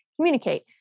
communicate